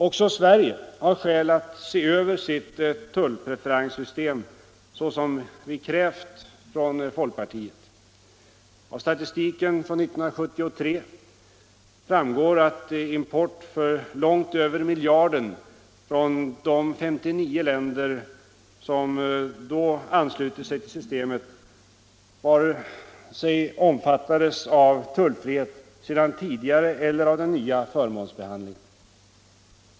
Också Sverige har skäl att se över sitt tullpreferenssystem, så som vi krävt från folkpartiet. Av statistiken från 1973 framgår att import för långt över miljarden från de 59 länder som då hade anslutit sig till systemet inte omfattades vare sig av tullfrihet sedan tidigare eller av den nya förmånsbehandlingen.